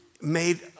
made